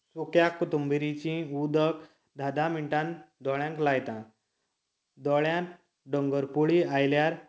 कोंक्या कोथुंबिरीचें उदक धा धा मिनटांनी दोळ्यांक लायता दोळ्यांक दोंगरपुळी आयल्यार